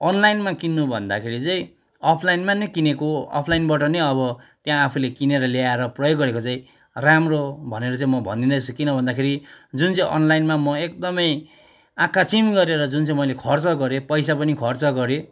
अनलाइनमा किन्नु भन्दाखेरि चाहिँ अफलाइनमा नै किनेको अफलाइनबाट नै अब त्यहाँ आफूले किनेर ल्याएर प्रयोग गरेको चाहिँ राम्रो भनेर चाहिँ म भनिदिँदैछु किन भन्दाखेरि जुन चाहिँ अनलाइनमा म एकदमै आँखा चिम्म गरेर जुन चाहिँ मैले खर्च गरेँ पैसा पनि खर्च गरेँ